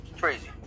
crazy